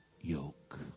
yoke